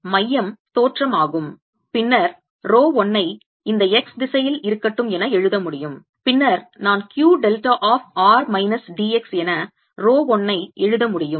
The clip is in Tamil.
எனவே மையம் தோற்றம் ஆகும் பின்னர் ரோ 1 ஐ இந்த எக்ஸ் திசையில் இருக்கட்டும் என எழுத முடியும் பின்னர் நான் Q delta of r minus d x என ரோ 1 ஐ எழுத முடியும்